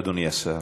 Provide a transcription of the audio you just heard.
אדוני השר,